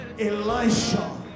Elisha